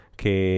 che